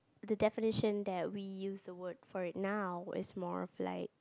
the definition that we use the word for it now is more of like